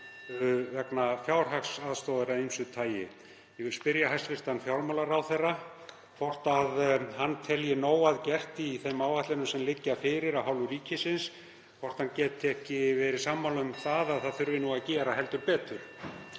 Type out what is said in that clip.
vegna fjárhagsaðstoðar af ýmsu tagi. Ég vil spyrja hæstv. fjármálaráðherra hvort hann telji nóg að gert í þeim áætlunum sem liggja fyrir af hálfu ríkisins, hvort hann geti ekki verið sammála (Forseti hringir.) um að það þurfi að gera heldur betur.